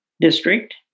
district